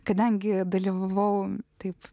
kadangi dalyvavau taip